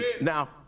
Now